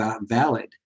valid